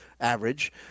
average